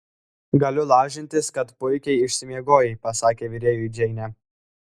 galiu lažintis kad puikiai išsimiegojai pasakė virėjui džeinė